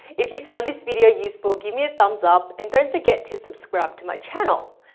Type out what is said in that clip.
if you found this video useful, give me a thumbs up and don't forget to subscribe to my channel.